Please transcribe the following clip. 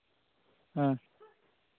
ᱦᱮᱸ